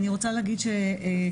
אני רוצה להגיד שכרגע,